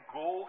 go